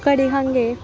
ಕಡಿಗೆ ಹಾಗೆ